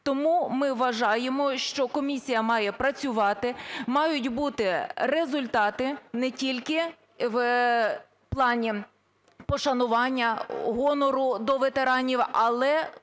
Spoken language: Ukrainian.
Тому ми вважаємо, що комісія має працювати, мають бути результати не тільки в плані пошанування, гонору до ветеранів, але